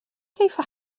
كيف